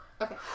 Okay